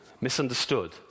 misunderstood